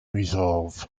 resolve